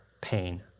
pain